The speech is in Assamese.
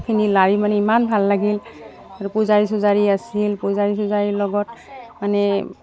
খিনি লাৰি মানে ইমান ভাল লাগিল আৰু পূজাৰী চূজাৰী আছিল পূজাৰী চূজাৰীৰ লগত মানে